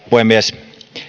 puhemies